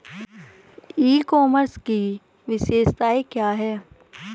ई commerce की विशेषताएं क्या हैं?